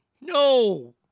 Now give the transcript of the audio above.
No